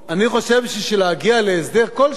אני חושב שבשביל להגיע להסדר כלשהו,